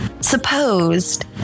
supposed